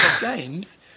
games